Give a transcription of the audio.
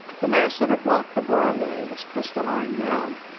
the mass that had blocked the doorway was crystalline now,